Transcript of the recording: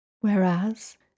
whereas